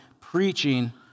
preaching